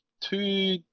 two